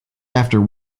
after